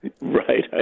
Right